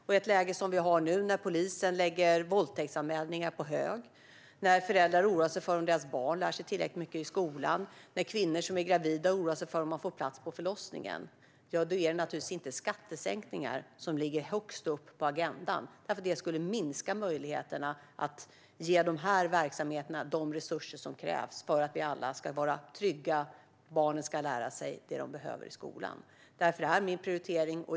Och i ett läge, som vi har nu, när polisen lägger våldtäktsanmälningar på hög, när föräldrar oroar sig över om deras barn lär sig tillräckligt mycket i skolan, när kvinnor som är gravida oroar sig för om de får plats på förlossningen, ja, då är det naturligtvis inte skattesänkningar som ligger högst upp på agendan. Det skulle minska möjligheterna att ge de här verksamheterna de resurser som krävs för att vi alla ska vara trygga och barnen ska lära sig det som de behöver i skolan. Därför är det här min prioritering.